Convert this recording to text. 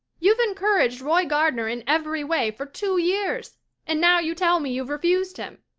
you've encouraged roy gardner in every way for two years and now you tell me you've refused him.